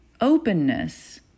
Openness